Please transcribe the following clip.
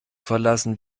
verlassen